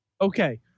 Okay